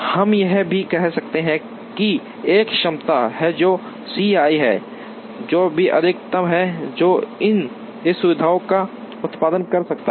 हम यह भी कह सकते हैं कि एक क्षमता है जो C i है जो कि अधिकतम है जो इस सुविधा का उत्पादन कर सकता है